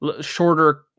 shorter